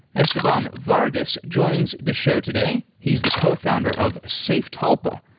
esteban vargas joins the show today. he's the cofounder of safetalpa,